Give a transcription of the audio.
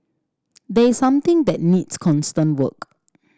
this is something that needs constant work